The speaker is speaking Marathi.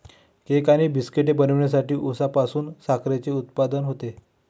केक आणि बिस्किटे बनवण्यासाठी उसापासून साखरेचे उत्पादन होते